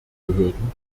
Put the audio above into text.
behörden